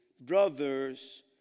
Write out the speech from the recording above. brothers